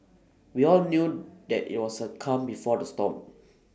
we all knew that IT was the calm before the storm